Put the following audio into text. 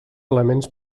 elements